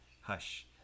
hush